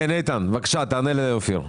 איתן, בבקשה, תענה לאופיר כץ.